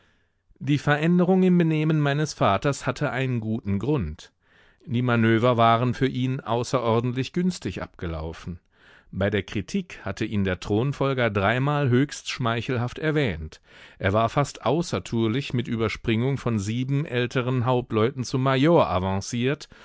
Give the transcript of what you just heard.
die veränderung im benehmen meines vaters hatte einen guten grund die manöver waren für ihn außerordentlich günstig abgelaufen bei der kritik hatte ihn der thronfolger dreimal höchst schmeichelhaft erwähnt er war fast außertourlich mit überspringung von sieben älteren hauptleuten zum